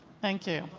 thank you.